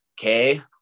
okay